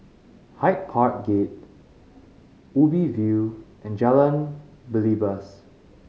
Hyde Park Gate Ubi View and Jalan Belibas